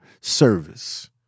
service